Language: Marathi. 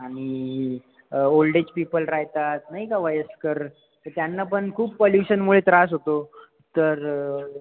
आणि ओल्ड एज पीपल राहतात नाही का वयस्कर तर त्यांना पण खूप पोल्यूशनमुळे त्रास होतो तर